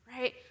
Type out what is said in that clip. right